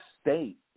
State